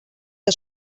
que